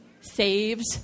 saved